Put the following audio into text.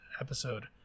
episode